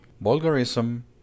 Vulgarism